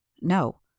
No